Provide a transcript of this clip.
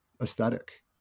aesthetic